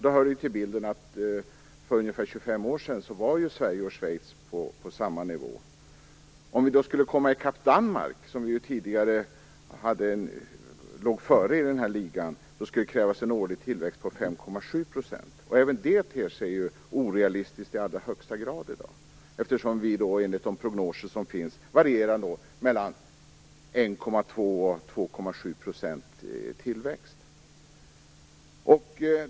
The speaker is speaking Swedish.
Det hör ju till bilden att Sverige och Schweiz för ungefär 25 år sedan var på samma nivå. För att komma i kapp Danmark, som också ligger före vårt land i den här ligan, skulle det krävas en årlig tillväxt om 5,7 %. Även det ter sig i dag i allra högsta grad orealistiskt, eftersom de prognoser som finns för tillväxten varierar mellan 1,2 och 2,7 %.